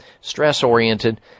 stress-oriented